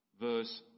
verse